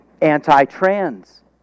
anti-trans